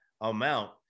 amount